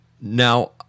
Now